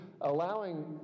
allowing